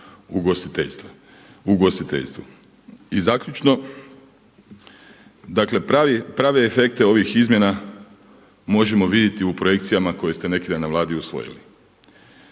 ugostiteljstvu. Dakle, prave efekte ovih izmjena možemo vidjeti u projekcijama koje ste neki dan na Vladi usvojili.